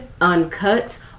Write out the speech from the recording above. uncut